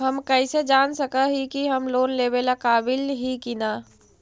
हम कईसे जान सक ही की हम लोन लेवेला काबिल ही की ना?